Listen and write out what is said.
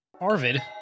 Arvid